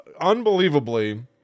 unbelievably